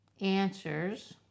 answers